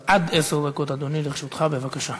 נעבור להצעה לסדר-היום בנושא: